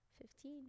Fifteen